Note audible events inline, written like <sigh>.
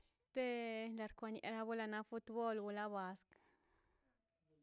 Este narkwa yene gana futbol tulo waska <noise>